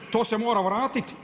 To se mora vratiti.